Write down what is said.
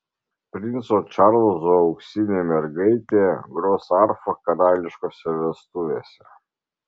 princo čarlzo auksinė mergaitė gros arfa karališkose vestuvėse